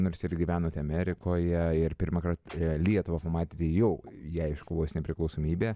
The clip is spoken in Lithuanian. nors ir gyvenote amerikoje ir pirmąkart lietuva pamatė jog jei iškovos nepriklausomybę